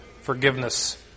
forgiveness